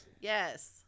Yes